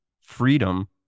freedom